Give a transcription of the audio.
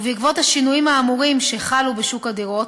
ובעקבות השינויים האמורים שחלו בשוק הדירות,